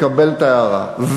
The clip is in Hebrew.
מקבל את ההערה,